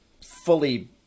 fully